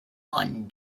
one